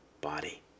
body